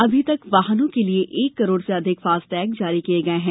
अभी तक वाहनों के लिए एक करोड़ से अधिक फास्टैग जारी किये गये हैं